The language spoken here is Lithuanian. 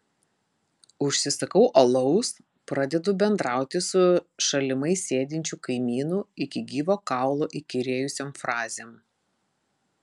užsisakau alaus pradedu bendrauti su šalimais sėdinčiu kaimynu iki gyvo kaulo įkyrėjusiom frazėm